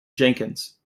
jenkins